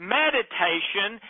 meditation